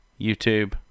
YouTube